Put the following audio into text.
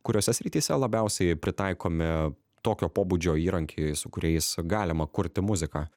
kuriose srityse labiausiai pritaikomi tokio pobūdžio įrankiai su kuriais galima kurti muziką